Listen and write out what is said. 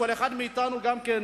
לכל אחד מאתנו גם כן.